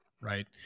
right